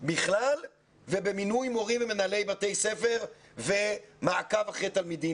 בכלל ובמינוי מורים ומנהלי בתי ספר ומעקב אחרי תלמידים,